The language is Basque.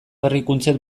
berrikuntzek